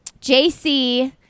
jc